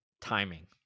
timing